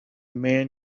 man